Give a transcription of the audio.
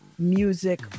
Music